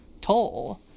toll